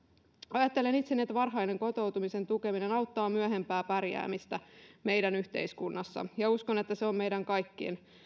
ajattelen itse niin että varhainen kotoutumisen tukeminen auttaa myöhempää pärjäämistä meidän yhteiskunnassamme ja uskon että se on meidän kaikkien